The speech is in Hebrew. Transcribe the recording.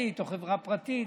ממשלתית או חברה פרטית,